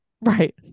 Right